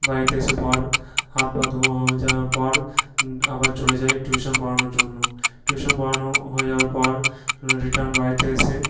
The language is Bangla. বাড়িতে এসে পর হাত পা ধোয়া হয়ে যাওয়ার পর আবার চলে যাই টিউশন পড়ানোর জন্য টিউশন পড়ানো হয়ে যাওয়ার পর রিটার্ন বাড়িতে এসে